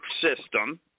system